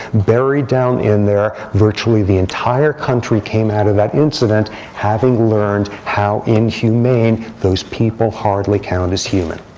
buried down in there. virtually the entire country came out of that incident having learned how inhumane, those people hardly count as human.